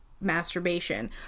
masturbation